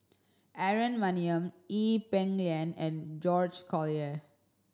Aaron Maniam Ee Peng Liang and George Collyer